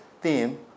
theme